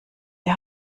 ihr